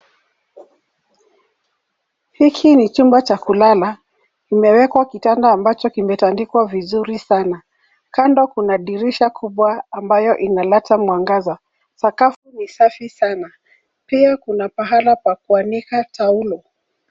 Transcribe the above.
Hiki ni chumba cha kulala. Kimewekwa kitanda ambacho kimetandikwa vizuri sana. Kando kuna dirisha kubwa ambaayo inaleta mwangaza. Sakafu ni safi sana. Pia kuna pahala pa kuanika taulo.